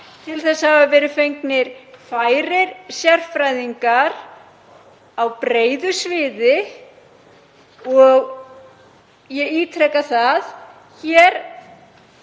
Til þess hafa verið fengnir færir sérfræðingar á breiðu sviði. Ég ítreka að